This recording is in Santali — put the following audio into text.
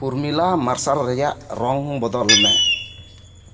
ᱯᱩᱨᱢᱤᱞᱟ ᱢᱟᱨᱥᱟᱞ ᱨᱮᱭᱟᱜ ᱨᱚᱝ ᱵᱚᱫᱚᱞ ᱢᱮ